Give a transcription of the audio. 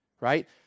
right